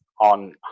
on